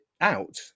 out